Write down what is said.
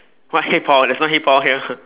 what hey Paul there's no hey Paul here